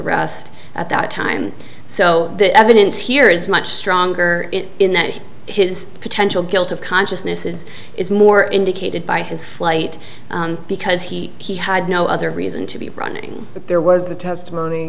arrest at that time so the evidence here is much stronger in that his potential guilt of consciousness is is more indicated by his flight because he he had no other reason to be running but there was the testimony